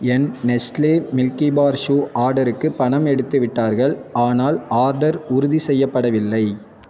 என் Nestle milky bar shoe ஆர்டருக்கு பணம் எடுத்துவிட்டார்கள் ஆனால் ஆர்டர் உறுதி செய்யப்படவில்லை